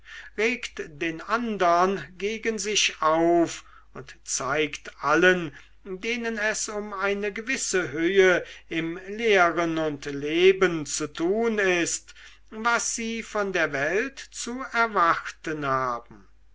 regt den andern gegen sich auf und zeigt allen denen es um eine gewisse höhe im lehren und leben zu tun ist was sie von der welt zu erwarten haben